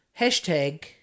Hashtag